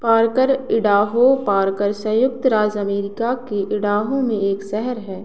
Parker Idaho Parker सँयुक्त राज्य America के इडाहो में एक शहर है